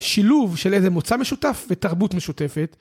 שילוב של איזה מוצא משותף ותרבות משותפת